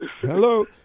Hello